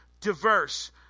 Diverse